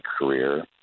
career